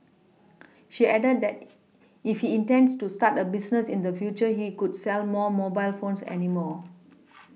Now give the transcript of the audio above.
she added that if he intends to start a business in the future he could sell more mobile phones any more